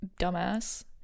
dumbass